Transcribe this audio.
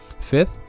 Fifth